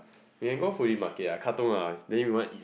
we can go fully market ah Katong ah then you want eat